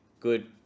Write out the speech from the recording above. good